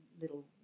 little